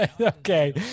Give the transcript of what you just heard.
Okay